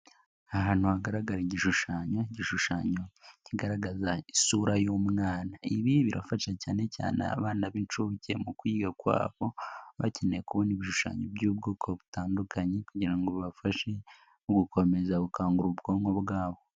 Ahantu hagaragara igishushanyo, igishushanyo kigaragaza isura y'umwana, ibi birafasha cyane cyane abana b'inshuke mu kwiga kubera ko baba bakeneye kubona ibishushanyo by'ubwoko butandukanye kugira ngo bafashe gukomeza gukangura ubwonko bwabo.